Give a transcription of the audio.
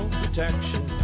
protection